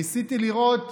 ניסיתי לראות